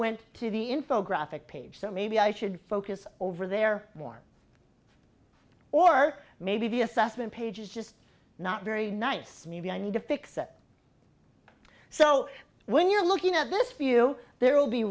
went to the info graphic page so maybe i should focus over there more or maybe assessment page is just not very nice maybe i need to fix it so when you're looking at this view there will be